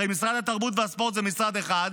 הרי משרד התרבות והספורט זה משרד אחד,